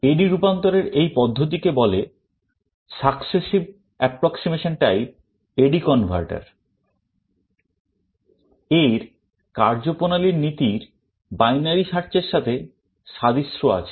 AD রূপান্তরের এই পদ্ধতিকে বলে successive approximation type AD converter এর কার্যপ্রণালীর নীতির binary search এর সাথে সাদৃশ্য আছে